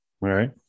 Right